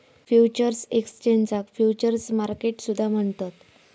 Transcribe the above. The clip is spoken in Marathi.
फ्युचर्स एक्सचेंजाक फ्युचर्स मार्केट सुद्धा म्हणतत